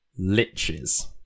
liches